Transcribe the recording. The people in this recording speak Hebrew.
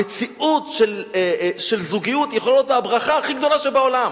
המציאות של זוגיות יכולה להיות הברכה הכי גדולה שבעולם,